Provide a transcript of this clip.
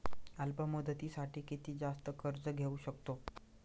अल्प मुदतीसाठी किती जास्त कर्ज घेऊ शकतो?